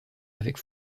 avec